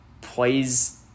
plays